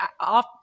Off